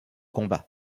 combat